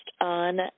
on